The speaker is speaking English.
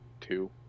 two